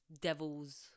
devils